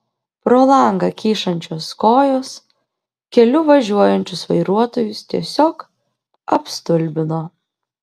pro langą kyšančios kojos keliu važiuojančius vairuotojus tiesiog apstulbino